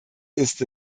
ist